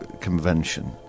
convention